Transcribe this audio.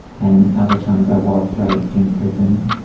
and other times i was raped in prison.